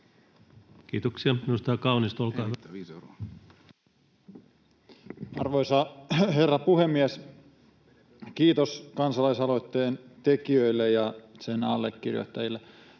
Kiitoksia. — Edustaja Kaunisto, olkaa hyvä. Arvoisa herra puhemies! Kiitos kansalaisaloitteen tekijöille ja sen allekirjoittajille.